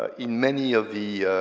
ah in many of the